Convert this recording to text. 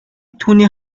түүний